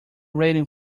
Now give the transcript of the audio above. waiting